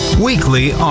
Weekly